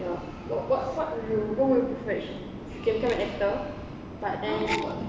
ya what what what will you what will you prefer actually if you can become an actor but then